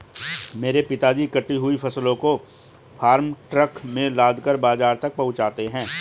मेरे पिताजी कटी हुई फसलों को फार्म ट्रक में लादकर बाजार तक पहुंचाते हैं